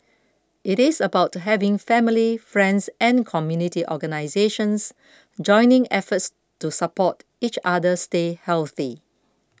it is about having family friends and community organisations joining efforts to support each other stay healthy